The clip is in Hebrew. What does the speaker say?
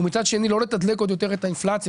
ומצד שני לא לתדלק עוד יותר את האינפלציה